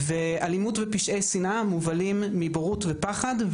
ואלימות ופשעי שנאה מובלים מבורות ופחד,